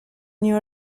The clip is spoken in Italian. new